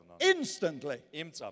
Instantly